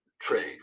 trade